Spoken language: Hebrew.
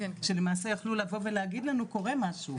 שלמעשה יכלו לבוא ולהגיד לנו קורה משהו,